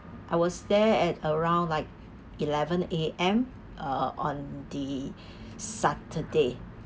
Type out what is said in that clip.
I was there at around like eleven A_M uh on the saturday